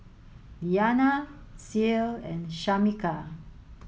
Liana Ceil and Shamika